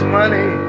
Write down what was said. money